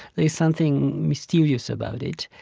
there's something mysterious about it,